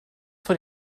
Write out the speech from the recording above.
von